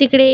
तिकडे